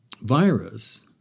virus